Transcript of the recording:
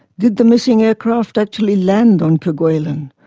did the missing aircraft actually land on kerguelen?